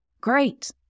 Great